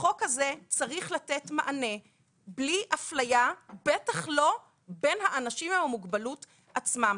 החוק הזה צריך לתת מענה בלי אפליה בטח לא בין האנשים עם המוגבלות עצמם.